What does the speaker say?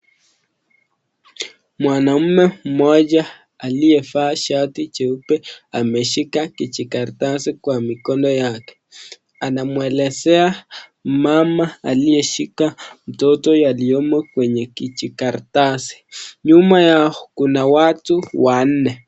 Mwanaume mmoja aliyevaa shati jeupe ameshika kijikaratasi kwa mikono yake. Anamuelezea mama aliyeshika mtoto yaliyomo kwenye kijikaratasi. Nyuma yao kuna watu wanne.